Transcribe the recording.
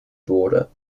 border